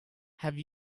have